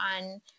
on